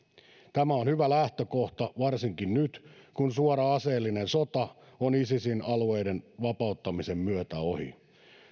tämä on hyvä lähtökohta varsinkin nyt kun suora aseellinen sota on isisin alueiden vapauttamisen myötä ohi